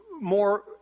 more